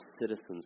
citizens